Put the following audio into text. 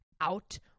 out